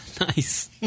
Nice